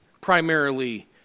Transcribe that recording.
primarily